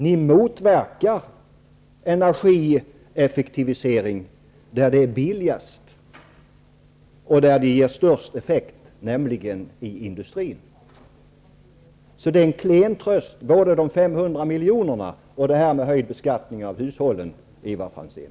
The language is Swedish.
Ni motverkar energieffektivisering där det är billigast och där det ger störst effekt, nämligen i industrin. De 500 miljonerna och beskattningen av hushållen är en klen tröst, Ivar Franzén.